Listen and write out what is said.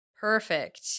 Perfect